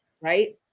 Right